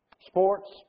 Sports